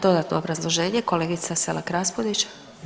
Dodatno obrazloženje, kolegice Selak Raspudić.